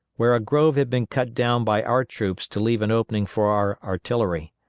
where a grove had been cut down by our troops to leave an opening for our artillery.